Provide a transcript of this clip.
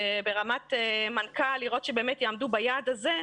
ברמת מנכ"ל לראות שבאמת יעמדו ביעד הזה,